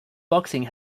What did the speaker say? boxing